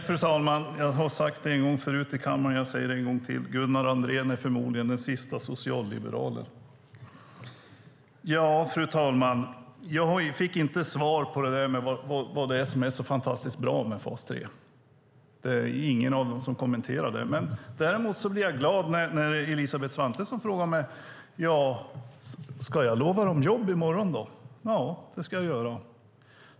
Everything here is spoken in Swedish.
Fru talman! Jag har sagt det en gång förut i kammaren, och jag säger det en gång till: Gunnar Andrén är förmodligen den siste socialliberalen. Jag fick inte svar på vad det är som är så fantastiskt bra med fas 3. Det var ingen som kommenterade det. Däremot blev jag glad när Elisabeth Svantesson frågade mig om jag ska lova dem jobb i morgon. Ja, det ska jag göra.